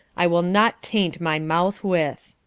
i will not taint my mouth with